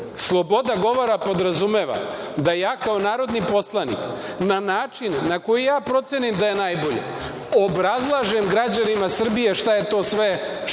Sloboda govora podrazumeva da ja kao narodni poslanik na način na koji ja procenim da je najbolji, obrazlažem građanima Srbije šta je to sve što